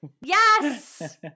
Yes